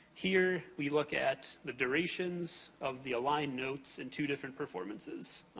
here, we look at the durations of the aligned notes in two different performances,